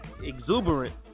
Exuberant